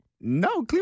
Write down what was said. No